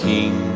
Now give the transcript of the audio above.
King